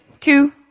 two